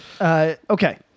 Okay